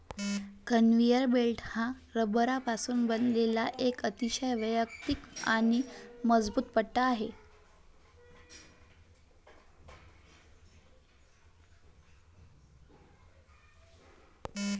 conveyor belt हा रबरापासून बनवलेला एक अतिशय वैयक्तिक आणि मजबूत पट्टा आहे